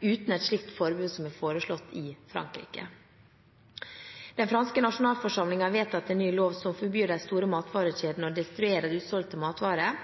uten et slikt forbud som er foreslått i Frankrike. Den franske nasjonalforsamlingen har vedtatt en ny lov som forbyr de store matvarekjedene å destruere usolgte matvarer.